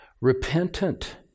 Repentant